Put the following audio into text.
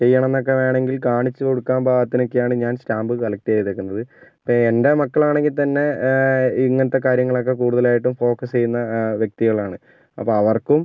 ചെയ്യണം എന്നൊക്കെ വേണമെങ്കിൽ കാണിച്ച് കൊടുക്കാൻ പാകത്തിനൊക്കെയാണ് ഞാൻ സ്റ്റാമ്പ് കളക്ട് ചെയ്തേക്കുന്നത് ഇപ്പം എൻ്റെ മക്കളാണെങ്കിൽ തന്നെ ഇങ്ങനത്തെ കാര്യങ്ങളൊക്കെ കൂടുതലായിട്ടും ഫോക്കസ് ചെയ്യുന്ന വ്യക്തികളാണ് അപ്പോൾ അവർക്കും